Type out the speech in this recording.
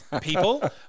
people